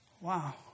Wow